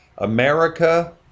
America